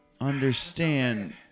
understand